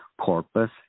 Corpus